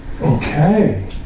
Okay